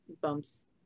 bumps